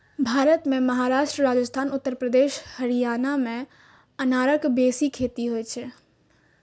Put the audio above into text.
भारत मे महाराष्ट्र, राजस्थान, उत्तर प्रदेश, हरियाणा मे अनारक बेसी खेती होइ छै